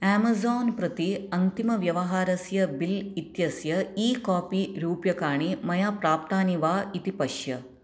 Amazon प्रति अन्तिमव्यवहारस्य bill इत्यस्य ई कोपी रूप्यकाणि मया प्राप्तानि वा इति पश्य